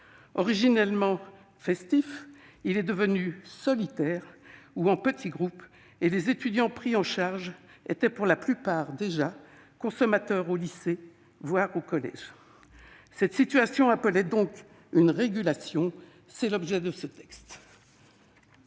Originellement festif, il est devenu solitaire ou se fait en petit groupe, et les étudiants pris en charge étaient, pour la plupart, déjà consommateurs au lycée, voire au collège. Cette situation appelait donc une régulation. Tel est l'objet de ce texte.